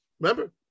Remember